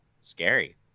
Scary